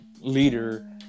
leader